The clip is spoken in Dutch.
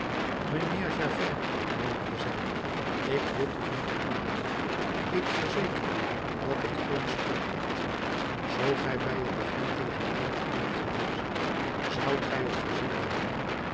mijnheer javert jammerde zij ik bid u om genade ik verzeker u dat ik geen schuld had zoo gij bij t begin tegenwoordig waart geweest zoudt gij t gezien hebben